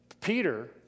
Peter